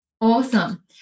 awesome